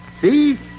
See